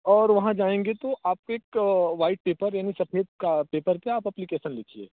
और वहाँ जाएँगे तो आपको एक वाइट पेपर यानि सफ़ेद का पेपर का आप एप्लीकेसन लिखिये